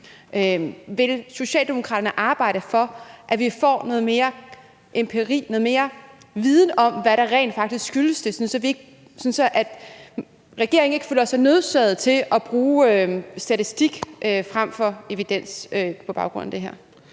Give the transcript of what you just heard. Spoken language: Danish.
Vil Socialdemokraterne arbejde for, at vi får noget mere empiri, noget mere viden om, hvad det rent faktisk skyldes, sådan at regeringen ikke føler sig nødsaget til at bruge statistik frem for evidens på baggrund af det her?